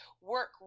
work